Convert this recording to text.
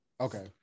Okay